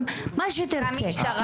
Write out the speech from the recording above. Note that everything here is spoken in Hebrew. ומה שתרצה.